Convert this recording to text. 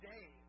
day